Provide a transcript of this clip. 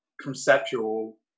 conceptual